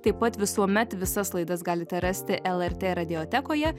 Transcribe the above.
taip pat visuomet visas laidas galite rasti lrt radiotekoje